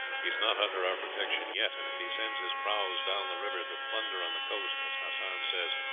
he is not under our protection yet, and if he sends his prahus down the river to plunder on the coast, as hassan says,